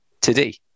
today